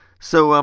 so, um